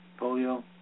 Polio